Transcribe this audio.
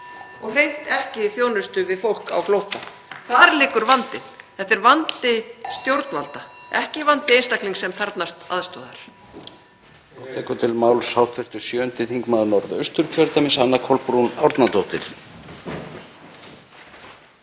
og hreint ekki þjónustu við fólk á flótta. Þar liggur vandinn. Þetta er vandi stjórnvalda, ekki vandi einstaklings sem þarfnast aðstoðar.